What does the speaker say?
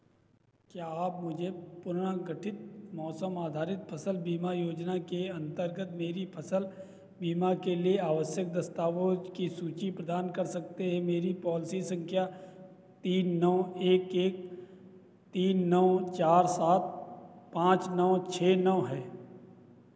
क्या आप मुझे पुनर्गठित मौसम आधारित फसल बीमा योजना के अंतर्गत मेरी फसल बीमा के लिए आवश्यक दस्तावेज की सूची प्रदान कर सकते हैं मेरी पॉलिसी संख्या तीन नौ एक एक तीन नौ चार सात पाँच नौ छः नौ है